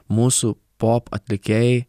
mūsų pop atlikėjai